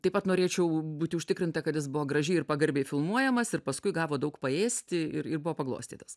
taip pat norėčiau būti užtikrinta kad jis buvo gražiai ir pagarbiai filmuojamas ir paskui gavo daug paėsti ir ir buvo paglostytas